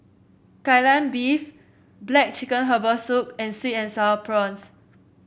Kai Lan Beef black chicken Herbal Soup and sweet and sour prawns